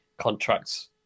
contracts